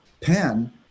pen